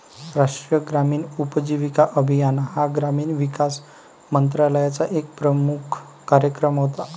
राष्ट्रीय ग्रामीण उपजीविका अभियान हा ग्रामीण विकास मंत्रालयाचा एक प्रमुख कार्यक्रम होता